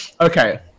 Okay